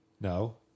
No